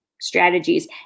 strategies